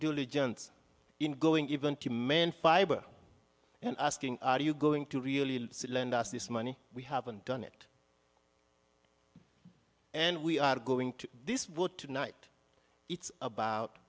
diligence in going even to man fiber and asking are you going to really lend us this money we haven't done it and we are going to this what tonight it's about